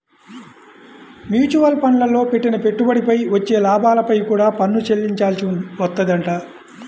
mutual ఫండ్లల్లో పెట్టిన పెట్టుబడిపై వచ్చే లాభాలపై కూడా పన్ను చెల్లించాల్సి వత్తదంట